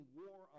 war